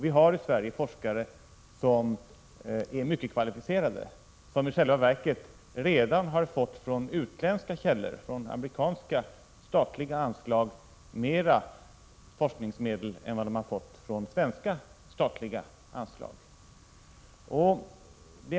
Vi har i Sverige mycket kvalificerade forskare som i själva verket redan från utländska källor, från amerikanska statliga anslag, har fått mer forskningsmedel än vad de fått från svenska statliga anslag.